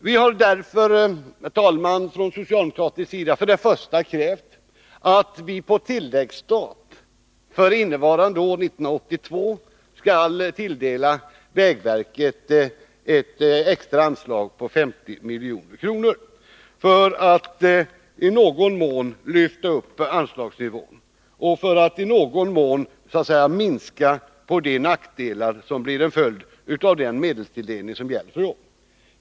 Vi har därför, herr talman, från socialdemokratisk sida krävt att vi på tilläggsstat för innevarande år, 1982, skall tilldela vägverket ett extra anslag på 50 milj.kr. för att i någon mån lyfta upp anslagsnivån och för att i någon mån minska de nackdelar som blir en följd av den medelstilldelning som gäller för i år.